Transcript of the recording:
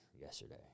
yesterday